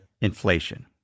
inflation